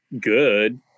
good